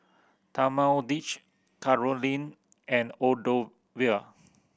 Talmadge Caroline and Octavio